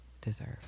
deserve